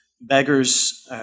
beggars